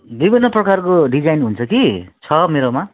विभिन्न प्रकारको डिजाइन हुन्छ कि छ मेरोमा